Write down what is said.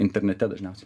internete dažniausiai